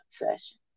obsession